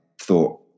thought